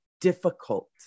difficult